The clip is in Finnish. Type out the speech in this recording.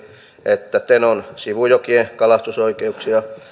että tenon sivujokien kalastusoikeudet